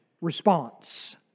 response